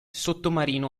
sottomarino